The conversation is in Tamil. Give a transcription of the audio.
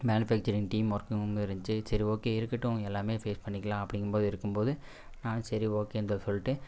மேனுபேக்ச்சரிங் டீம் ஒர்க்கும் வந்து இருந்துச்சு சரி ஓகே இருக்கட்டும் எல்லாமே ஃபேஸ் பண்ணிக்கலாம் அப்படிங்கும்போது இருக்கும்போது நானும் சரி ஓகேன்னு தான் சொல்லிட்டு